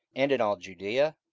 and in all judaea,